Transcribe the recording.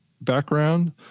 background